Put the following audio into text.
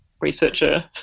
researcher